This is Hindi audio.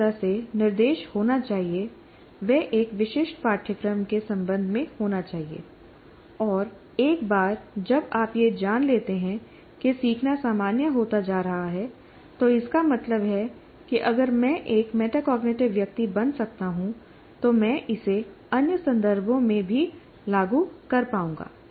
जिस तरह से निर्देश होना चाहिए वह एक विशिष्ट पाठ्यक्रम के संबंध में होना चाहिए और एक बार जब आप यह जान लेते हैं कि सीखना सामान्य होता जा रहा है तो इसका मतलब है कि अगर मैं एक मेटाकोग्निटिव व्यक्ति बन सकता हूं तो मैं इसे अन्य संदर्भों में भी लागू कर पाऊंगा